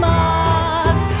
Mars